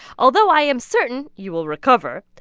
although i am certain you will recover,